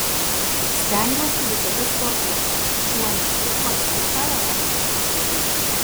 stengiuosi visada sportuoti šiuo metu lankau aerobikos užsiėmimus